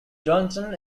johnson